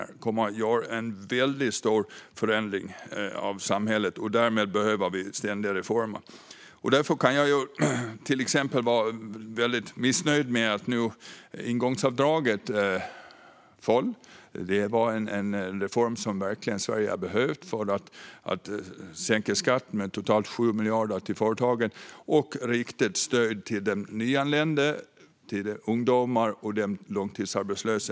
De kommer att innebära en stor förändring av samhället, och därmed behöver vi ständiga reformer. Jag är därför väldigt missnöjd med att ingångsavdraget föll. Det var en reform som Sverige verkligen hade behövt för att sänka skatten för företagen med totalt 7 miljarder och rikta stöd till nyanlända, ungdomar och långtidsarbetslösa.